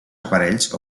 aparells